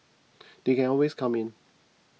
they can always come in